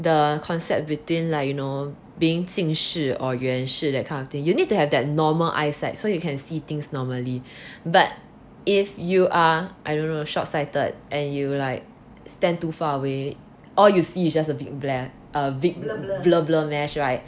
the concept between like you know being being 近视 or 远视 that kind of thing you need to have that normal eyesight so you can see things normally but if you are I don't know shortsighted and you like stand too far away all you see is just a big glare err blur blur right